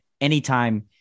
anytime